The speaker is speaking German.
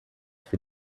für